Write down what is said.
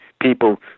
people